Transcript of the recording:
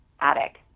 attic